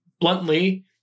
bluntly